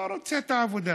לא רוצה את העבודה.